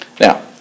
Now